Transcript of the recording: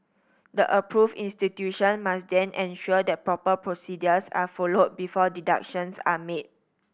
the approved institution must then ensure that proper procedures are followed before deductions are made